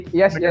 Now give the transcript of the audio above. yes